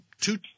two